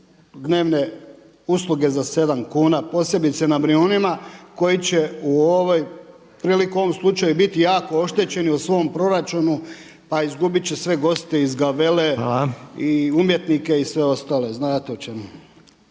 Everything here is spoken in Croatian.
dnevne usluge za sedam kuna posebice na Brijunima koji će u ovoj prilikom ovog slučaja biti jako oštećeni u svom proračunu pa izgubit će sve goste iz Gavele i umjetnike i sve ostale, znate o čemu.